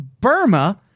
Burma